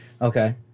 Okay